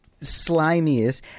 slimiest